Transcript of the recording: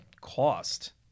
cost